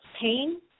pain